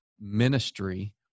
ministry